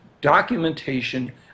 documentation